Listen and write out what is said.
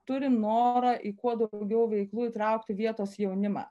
turim norą į kuo daugiau veiklų įtraukti vietos jaunimą